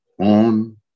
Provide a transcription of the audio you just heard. on